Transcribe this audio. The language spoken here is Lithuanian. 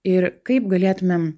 ir kaip galėtumėm